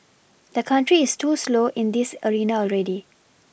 the country is too slow in this arena already